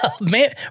man